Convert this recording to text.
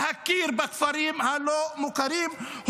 להכיר בכפרים הלא-מוכרים,